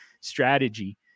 strategy